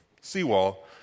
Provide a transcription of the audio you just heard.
seawall